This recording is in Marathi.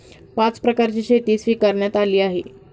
पाच प्रकारची शेती स्वीकारण्यात आली आहे